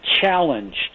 challenged